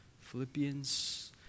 Philippians